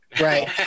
right